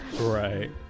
Right